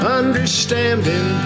understanding